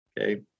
Okay